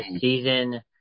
season